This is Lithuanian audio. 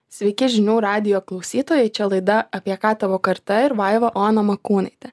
sveiki žinių radijo klausytojai čia laida apie ką tavo karta ir vaiva ona makūnaitė